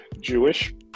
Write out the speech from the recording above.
Jewish